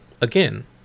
again